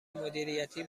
مدیریتی